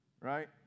right